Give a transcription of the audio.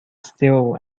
still